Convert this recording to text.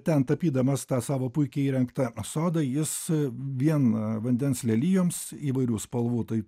ten tapydamas tą savo puikiai įrengtą sodą jis vien vandens lelijoms įvairių spalvų tai